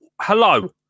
Hello